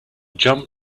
jump